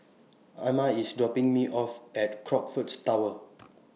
Ima IS dropping Me off At Crockfords Tower